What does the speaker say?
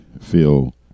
feel